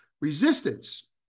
Resistance